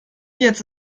jetzt